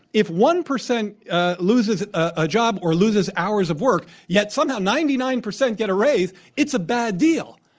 if one percent loses a job or loses hours of work, yet somehow ninety nine percent get a raise, it's a bad deal.